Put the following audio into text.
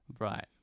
Right